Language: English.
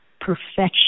perfection